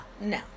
no